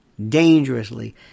dangerously